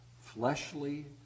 fleshly